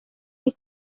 iyi